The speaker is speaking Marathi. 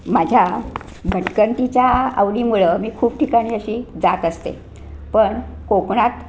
माझ्या भटकंतीच्या आवडीमुळं मी खूप ठिकाणी अशी जात असते पण कोकणात